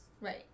Right